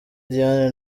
diane